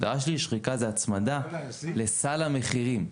ההגדרה שלי לשחיקה זה הצמדה לסל המחירים.